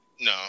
no